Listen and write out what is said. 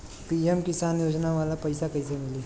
PM Kisan योजना वाला पैसा कईसे मिली?